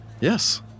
Yes